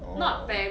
oh